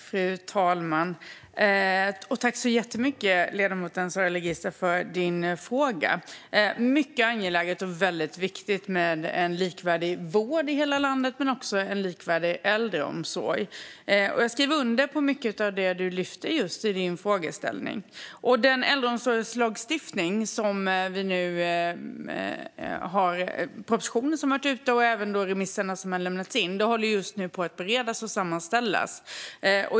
Fru talman! Tack så jättemycket, ledamoten Zara Leghissa, för din fråga! Det är väldigt viktigt med en likvärdig vård i hela landet, men också en likvärdig äldreomsorg. Jag skriver under på mycket av det du lyfter fram i din fråga. Utredningen om äldreomsorgslagstiftningen har varit ute på remiss, och remissvaren som har lämnats in håller just nu på att beredas och sammanställas.